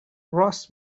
ross